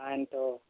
কাৰেন্টৰ